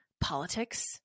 politics